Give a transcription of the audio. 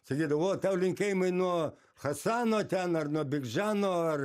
sakydav o tau linkėjimai nuo hasano ten ar nuo big žano ar